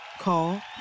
Call